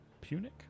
Punic